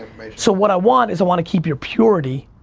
so what i want is i want to keep your purity